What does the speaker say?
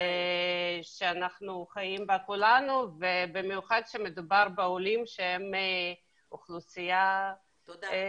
שאנחנו חיים בה כולנו ובמיוחד כשמדובר בעולים שהם אוכלוסייה --- תודה.